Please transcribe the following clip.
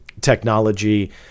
technology